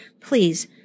please